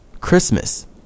Christmas